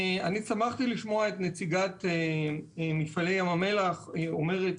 שמחתי לשמוע את נציגת מפעלי ים המלח אומרת,